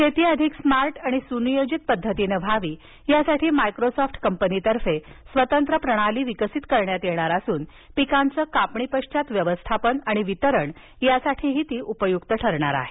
शेती अधिक स्मार्ट आणि सुनियोजित पद्धतीनं व्हावी यासाठी मायक्रोसॉफ्ट कंपनीतर्फे स्वतंत्र प्रणाली विकसित करण्यात येणार असून पिकांचं कापणीपश्वात व्यवस्थापन आणि वितरण यासाठीही ती उपयुक्त ठरणार आहे